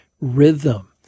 rhythm